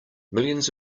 millions